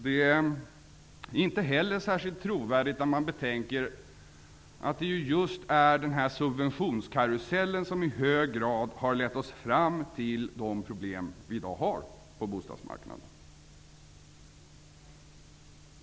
Det är inte heller särskilt trovärdigt om man betänker att det just är subventionskarusellen som i hög grad har lett fram till de problem som vi i dag har på bostadsmarknaden.